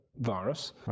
virus